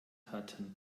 hatten